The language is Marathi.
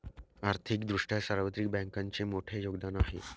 आर्थिक दृष्ट्या सार्वत्रिक बँकांचे मोठे योगदान आहे